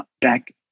back